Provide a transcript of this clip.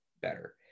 better